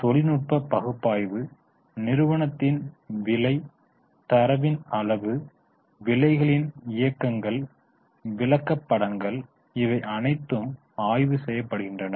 தொழில்நுட்ப பகுப்பாய்வு நிறுவனத்தின் விலை தரவின் அளவு விலைகளின் இயக்கங்கள்விளக்கப்படங்கள் இவை அனைத்தும் ஆய்வு செய்யப்படுகின்றன